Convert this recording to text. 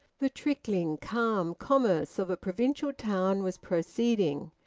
the trickling, calm commerce of a provincial town was proceeding,